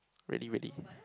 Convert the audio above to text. ready ready